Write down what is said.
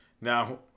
Now